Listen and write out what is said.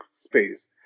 space